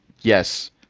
yes